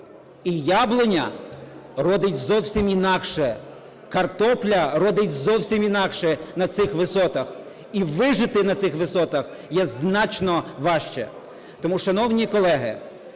І яблуня родить зовсім інакше, картопля родить зовсім інакше на цих висотах, і вижити на цих висотах є значно важче. Тому, шановні колеги,